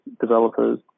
developers